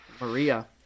Maria